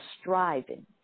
striving